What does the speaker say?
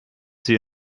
sie